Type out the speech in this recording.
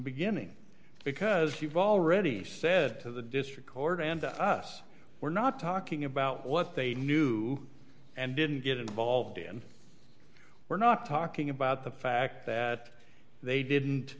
beginning because you've already said to the district court and to us we're not talking about what they knew and didn't get involved in we're not talking about the fact that they didn't